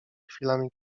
chwilami